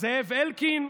זאב אלקין?